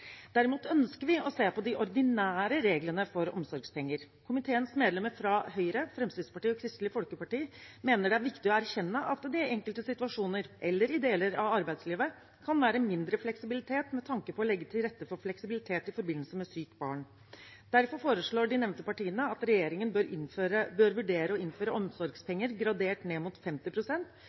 Derimot ønsker vi å se på de ordinære reglene for omsorgspenger. Komiteens medlemmer fra Høyre, Fremskrittspartiet og Kristelig Folkeparti mener det er viktig å erkjenne at det i enkelte situasjoner eller i deler av arbeidslivet kan være mindre fleksibilitet med tanke på å legge til rette for fleksibilitet i forbindelse med sykt barn. Derfor foreslår de nevnte partiene at regjeringen bør vurdere å innføre omsorgspenger gradert ned mot